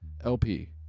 LP